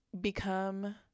become